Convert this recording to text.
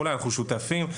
אנחנו שותפים,